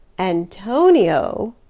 antonio,